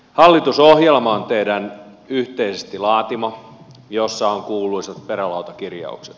hallitusohjelma on teidän yhteisesti laatimanne jossa on kuuluisat perälautakirjaukset